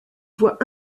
voit